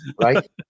Right